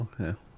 Okay